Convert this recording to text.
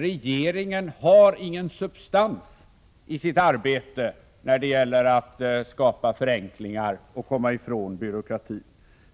Regeringen har ingen substans i sitt arbete när det gäller att skapa förenklingar och komma ifrån byråkratin.